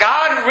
God